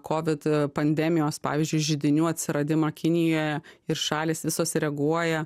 kovid pandemijos pavyzdžiui židinių atsiradimą kinijoje ir šalys visos reaguoja